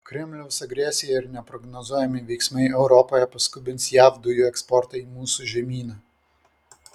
kremliaus agresija ir neprognozuojami veiksmai europoje paskubins jav dujų eksportą į mūsų žemyną